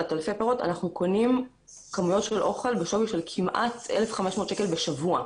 עטלפי פירות אנחנו קונים כמויות של אוכל בשווי של כמעט 1,500 שקל בשבוע.